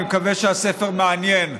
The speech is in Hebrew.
אני מקווה שהספר מעניין.